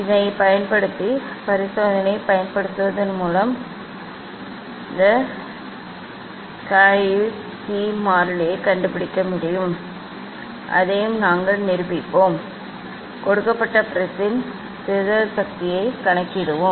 இதைப் பயன்படுத்தி பரிசோதனையைப் பயன்படுத்துவதன் மூலம் இந்த க uch சி மாறிலியைக் கண்டுபிடிக்க முடியும் அதையும் நாங்கள் நிரூபிப்போம் கொடுக்கப்பட்ட ப்ரிஸின் சிதறல் சக்தியைக் கணக்கிடுவோம்